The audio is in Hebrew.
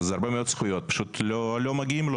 הרבה מאוד זכויות פשוט לא מגיעות לו.